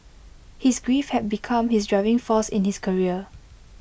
his grief had become his driving force in his career